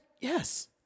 Yes